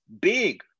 big